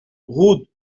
route